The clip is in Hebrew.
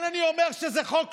חבר הכנסת מרגי,